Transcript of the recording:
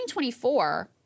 2024